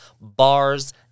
bars